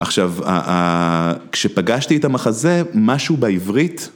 עכשיו, כשפגשתי את המחזה, משהו בעברית...